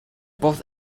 both